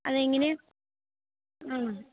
അതെങ്ങനെയാണ് ആ